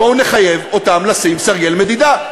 בואו נחייב אותם לשים סרגל מדידה,